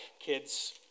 kids